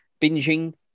binging